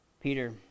Peter